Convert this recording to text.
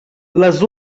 les